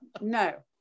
No